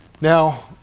Now